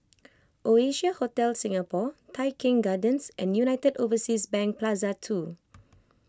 Oasia Hotel Singapore Tai Keng Gardens and United Overseas Bank Plaza two